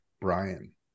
Brian